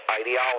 ideology